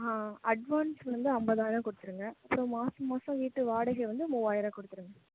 advance வந்து ஐம்பதாயிரம் கொடுத்துருங்க அப்புறம் மாதம் மாதம் வீட்டு வாடகை வந்து மூவாயிரம் கொடுத்துருங்க